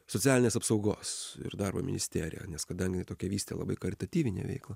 socialinės apsaugos ir darbo ministerija nes kadangi tokia vystė labai karitatyvinė veikla